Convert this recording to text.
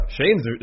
Shane's